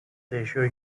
değişiyor